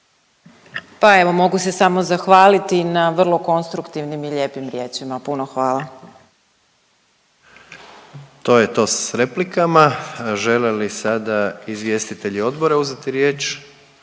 Pa evo mogu se samo zahvaliti na vrlo konstruktivnim i lijepim riječima. Puno hvala. **Jandroković, Gordan (HDZ)** To je to s replikama. Žele li sada izvjestitelji odbora uzeti riječ?